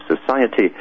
society